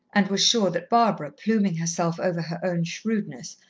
and was sure that barbara, pluming herself over her own shrewdness,